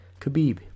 Khabib